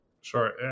Sure